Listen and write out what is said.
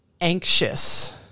anxious